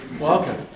welcome